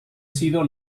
sido